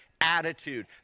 attitude